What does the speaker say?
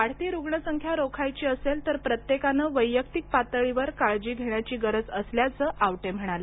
वाढती रुग्णसंख्या रोखायची असेल तर प्रत्येकाने वैयक्तिक पातळीवर काळजी घेण्याची गरज असल्याचं आवटे म्हणाले